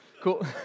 Cool